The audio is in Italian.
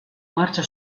marcia